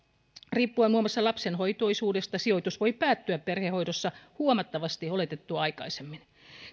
riippuen muun muassa lapsen hoitoisuudesta sijoitus voi päättyä perhehoidossa huomattavasti oletettua aikaisemmin